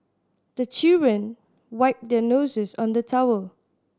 the children wipe their noses on the towel